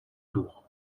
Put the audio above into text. tour